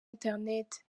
internet